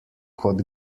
kot